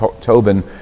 Tobin